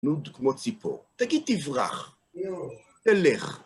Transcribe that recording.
נוד כמו ציפור. תגיד תברך, תלך.